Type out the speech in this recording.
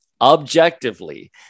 objectively